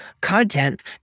content